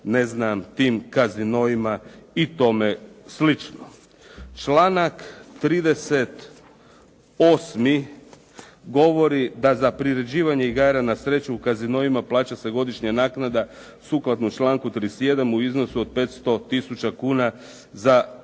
se bavimo tim casinima i tome slično. Članak 38. govori da za priređivanje igara na sreću u casinima plaća se godišnja naknada sukladno članku 31. u iznosu od 500 tisuća kuna za svaki